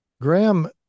Graham